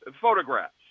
photographs